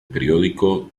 periódico